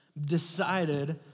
decided